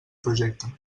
projecte